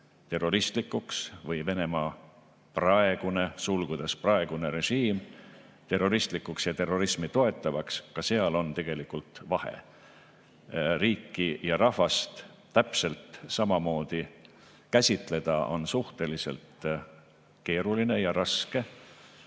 terroristlikuks või Venemaa (praegune) režiim terroristlikuks ja terrorismi toetavaks, sest ka seal on tegelikult vahe. Riiki ja rahvast täpselt samamoodi käsitleda on suhteliselt keeruline ja raske.